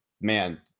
man